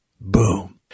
Boom